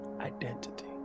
Identity